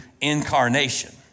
incarnation